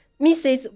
Mrs